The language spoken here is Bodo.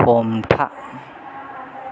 हमथा